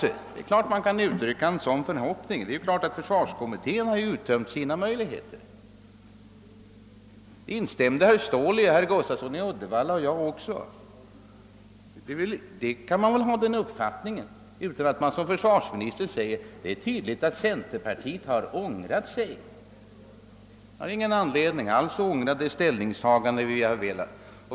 Det är klart att man kan uttrycka en sådan förhoppning; försvarskommittén har ju uttömt sina möjligheter. I detta instämde herr Ståhl, herr Gustafsson i Uddevalla och även jag. Den uppfattningen kan man väl hysa utan att försvarsministern behöver säga, att det är tydligt att centerpartiet har ändrat sig. Vi har ingen anledning alls att ångra det ställningstagande vi gjort.